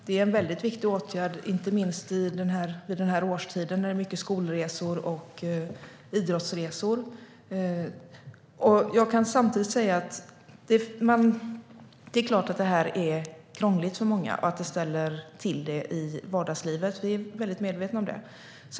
Det är en väldigt viktig åtgärd, inte minst vid den här årstiden, när det är mycket skolresor och idrottsresor. Det är klart att det här är krångligt för många och att det ställer till det i vardagslivet. Vi är väl medvetna om det.